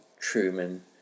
Truman